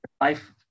Life